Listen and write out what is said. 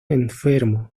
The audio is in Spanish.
enfermo